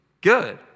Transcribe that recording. good